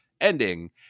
ending